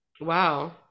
Wow